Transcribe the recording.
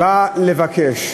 בא לבקש,